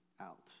out